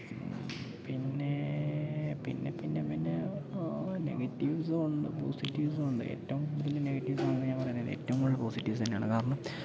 പിന്നേ പിന്നെ പിന്നെ പിന്നെ നെഗറ്റിവ്സുണ്ട് പോസിറ്റിവ്സുണ്ട് ഏറ്റവും കൂടുതൽ നെഗറ്റീവ്സാണെന്ന് ഞാൻ പറയുന്നില്ല ഏറ്റവും കൂടുതൽ പോസിറ്റിവ്സ് തന്നെയാണ് കാരണം